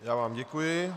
Já vám děkuji.